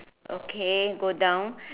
okay go down